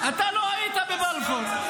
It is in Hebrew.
בוא לפה.